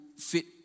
Fit